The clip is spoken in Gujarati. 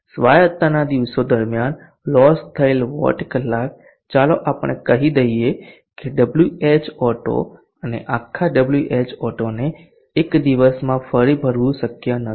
સ્વાયત્તાના દિવસો દરમિયાન લોસ થયેલ વોટ કલાક ચાલો આપણે કહી દઈએ કે Whauto અને આખા Whauto ને એક દિવસમાં ફરી ભરવું શક્ય નથી